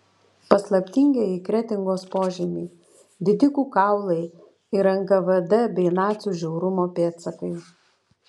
paslaptingieji kretingos požemiai didikų kaulai ir nkvd bei nacių žiaurumo pėdsakai